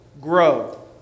grow